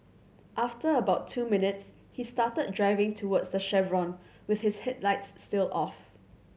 after about two minutes he started driving towards the chevron with his headlights still off